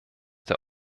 der